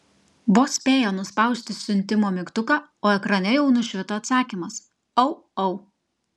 vos spėjo nuspausti siuntimo mygtuką o ekrane jau nušvito atsakymas au au